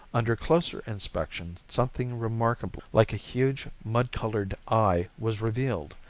under closer inspection something remarkably like a huge, mud-colored eye was revealed!